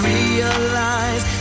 realize